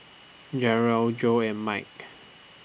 Jarrell Joe and Mike